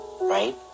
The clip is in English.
right